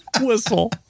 Whistle